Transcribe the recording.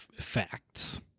facts